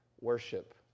worship